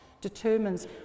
determines